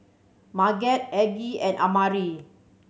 Marget Aggie and Amari